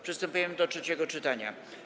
Przystępujemy do trzeciego czytania.